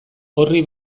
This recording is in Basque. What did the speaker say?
orri